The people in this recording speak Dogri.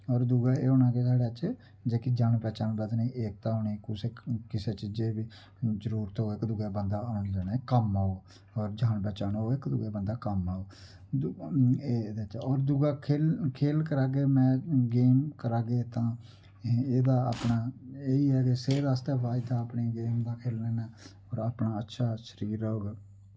और दूआ एह् होना के साढ़े च जेह्की जान पैह्चान बधनी एकता होनी कुसै किसै चीजे बी जरूरत होऐ इक दुऐ बंदा औने जाने कम्म औग और जान पैह्चान होग इक दुऐ बंदा कम्म औग एह्दे च और दूआ खेल करागे गेम करागे तां एह्दा अपना एह् ऐ के सेहत आस्तै फायदा ऐ अपनी गेम दा खेलने नै और अपना अच्छा शरीर रौह्ग